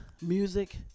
music